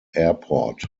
airport